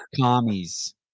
commies